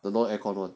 没有 aircon